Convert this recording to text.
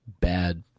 bad